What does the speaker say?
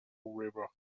river